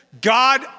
God